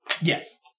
Yes